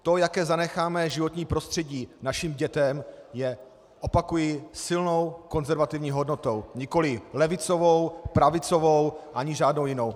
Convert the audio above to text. To, jaké zanecháme životní prostředí našim dětem, je, opakuji, silnou konzervativní hodnotou, nikoli levicovou, pravicovou ani žádnou jinou.